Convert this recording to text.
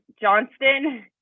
Johnston